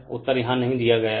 उत्तर यहाँ नहीं दिया गया है